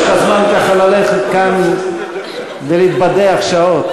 ויש לך זמן ככה ללכת כאן ולהתבדח שעות.